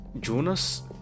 Jonas